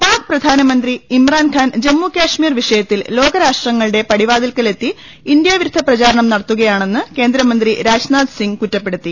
pack പ്രധാനമന്ത്രി ഇമ്രാൻഖാൻ ജമ്മുകശ്മീർ വിഷയത്തിൽ ലോകരാഷ്ട്രങ്ങളുടെ പടിവാതിൽക്കലെത്തി ഇന്ത്യാ വിരുദ്ധ പ്രചാ രണം നടത്തുകയാണെന്ന് കേന്ദ്രമന്ത്രി രാജ്നാഥ്സിംഗ് കുറ്റപ്പെടു ത്തി